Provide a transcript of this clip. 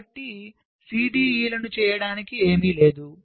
కాబట్టిCDEలను చేయడానికి ఏమీ చేయలేదు